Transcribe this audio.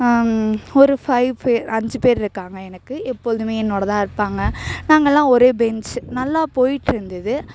ஒரு ஃபைவ் அஞ்சு பேர் இருக்காங்க எனக்கு எப்பொழுதும் என்னோடு தான் இருப்பாங்க நாங்கள்லாம் ஒரே பெஞ்ச் நல்லா போய்ட்ருந்துது